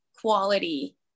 quality